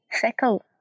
fickle